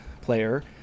player